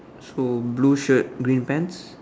so blue shirt green pants